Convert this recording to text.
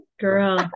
Girl